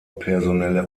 personelle